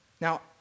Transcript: Now